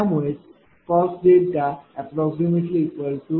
त्यामुळे cos ≅1